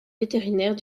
vétérinaires